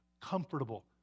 comfortable